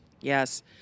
Yes